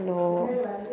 hello